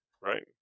Right